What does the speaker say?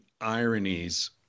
ironies